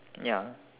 ya